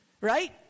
Right